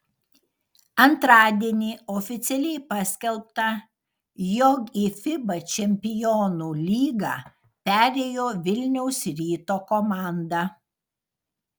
antradienį oficialiai paskelbta jog į fiba čempionų lygą perėjo vilniaus ryto komanda